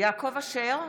יעקב אשר,